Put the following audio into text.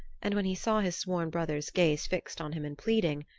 and when he saw his sworn brother's gaze fixed on him in pleading,